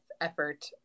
effort